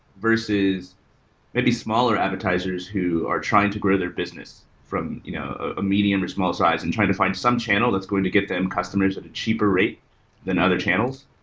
versus maybe smaller advertisers who are trying to grow their business from you know a medium or small size and trying to find some channel that's going to get them customers at a cheaper rate than other channels.